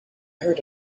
heard